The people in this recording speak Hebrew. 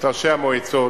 את ראשי המועצות.